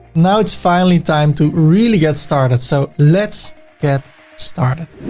now it's finally time to really get started. so let's get started.